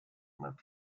left